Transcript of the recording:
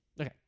okay